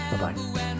Bye-bye